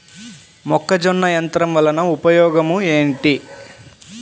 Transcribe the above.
మొక్కజొన్న యంత్రం వలన ఉపయోగము ఏంటి?